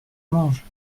mange